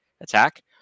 attack